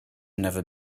never